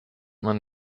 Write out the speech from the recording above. man